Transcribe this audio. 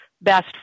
best